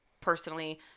personally